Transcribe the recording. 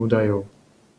údajov